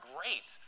Great